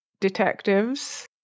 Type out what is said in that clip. detectives